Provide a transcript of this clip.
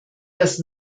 das